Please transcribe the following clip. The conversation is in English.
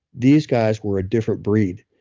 these guys were a different breed.